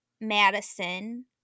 Madison